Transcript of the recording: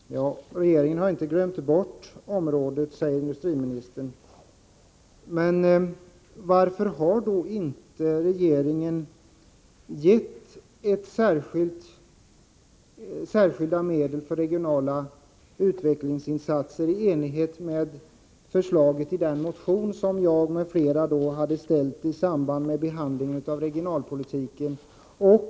Herr talman! Regeringen har inte glömt bort området, säger industriministern. Men varför har då inte regeringen gett särskilda medel för regionala utvecklingsinsatser i enlighet med förslaget i den motion som jag m.fl. väckte i samband med behandlingen av den regionalpolitiska propositionen?